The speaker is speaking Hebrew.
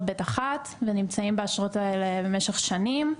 ב' 1 ונמצאים באשרות האלה במשך שנים,